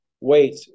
wait